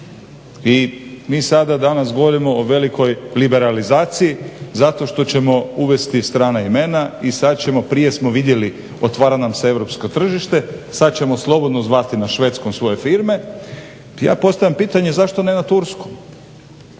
I mi sada danas govorimo o velikoj liberalizaciji zato što ćemo uvesti strana imena i prije smo vidjeli otvara nam se europsko tržište, sada ćemo slobodno zvati na švedskom svoje firme. Ja postavljam pitanje zašto ne na turskom?